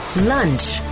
Lunch